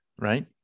right